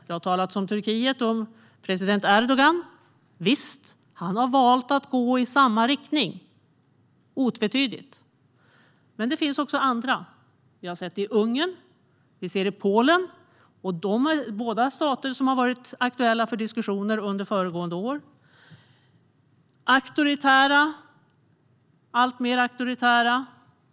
Det har talats om Turkiet och om president Erdogan. Visst, han har valt att gå i samma riktning - otvetydigt. Men det finns också andra. Vi har sett det i Ungern, vi ser det i Polen. Båda dessa alltmer auktoritära stater har varit aktuella för diskussioner under föregående år.